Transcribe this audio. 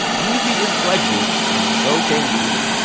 yeezy is blexit, and so can you